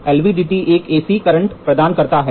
LVDT एक AC current प्रदान करता है